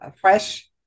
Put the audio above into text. fresh